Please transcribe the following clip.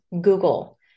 Google